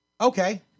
Okay